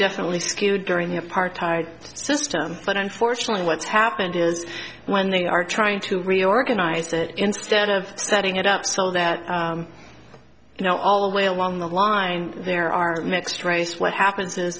definitely skewed during the apartheid system but unfortunately what's happened is when they are trying to reorganize it instead of setting it up so that you know all the way along the line there are mixed race what happen